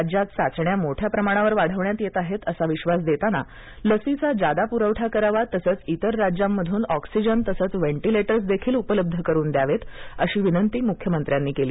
राज्यात चाचण्या मोठ्या प्रमाणावर वाढविण्यात येत आहेत असा विश्वास देताना लसीचा जादा पुरवठा करावा तसेच इतर राज्यांतून ऑक्सीजन तसेच व्हेंटीलेटर्स देखील उपलब्ध करून द्यावेत अशी विनंती मुख्यमंत्री उद्घव ठाकरे यांनी केली